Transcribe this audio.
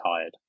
tired